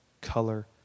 color